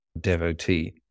devotee